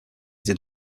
did